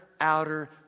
outer